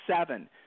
seven